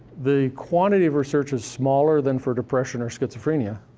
the quantity of research is smaller than for depression or schizophrenia,